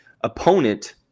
opponent